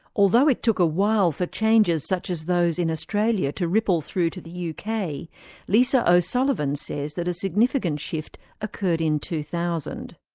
although it took a while for changes such as those in australia to ripple through to the yeah uk, lisa o'sullivan says that a significant shift occurred in two thousand.